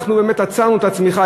אנחנו באמת עצרנו את הצמיחה,